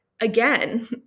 again